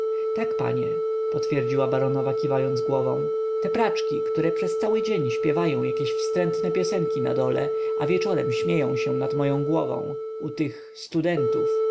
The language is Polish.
tak panie potwierdziła baronowa kiwając głową te praczki które przez cały dzień śpiewają jakieś wstrętne piosenki na dole a wieczorem śmieją się nad moją głową u tych studentów